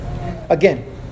Again